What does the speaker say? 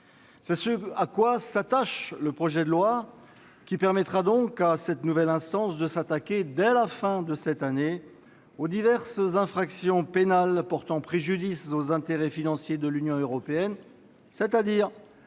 C'est ce à quoi s'attache le présent projet de loi, qui permettra à cette nouvelle instance de s'attaquer, dès la fin de cette année, aux diverses infractions pénales portant préjudice aux intérêts financiers de l'Union européenne, c'est-à-dire